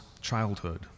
childhood